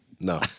No